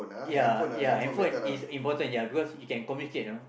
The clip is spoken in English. ya ya handphone and is important ya because you can communicate you know